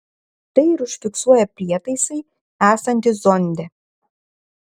tai ir užfiksuoja prietaisai esantys zonde